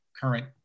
current